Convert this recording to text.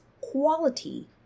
quality